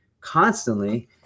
constantly